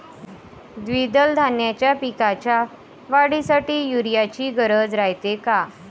द्विदल धान्याच्या पिकाच्या वाढीसाठी यूरिया ची गरज रायते का?